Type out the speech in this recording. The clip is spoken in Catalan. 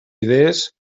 idees